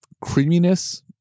creaminess